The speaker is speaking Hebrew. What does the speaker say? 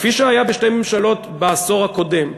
כפי שהיה בשתי ממשלות בעשור הקודם,